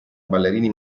ballerini